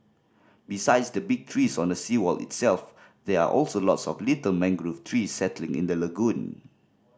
besides the big trees on the seawall itself there are also lots of little mangrove trees settling in the lagoon